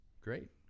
Great